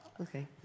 Okay